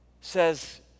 says